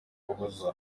ukuboza